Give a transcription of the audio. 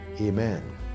Amen